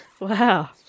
Wow